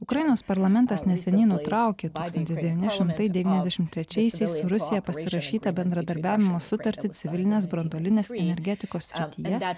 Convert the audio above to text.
ukrainos parlamentas neseniai nutraukė tūkstantis devyni šimtai devyniasdešim trečiaisiais su rusija pasirašytą bendradarbiavimo sutartį civilinės branduolinės energetikos srityje